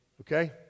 okay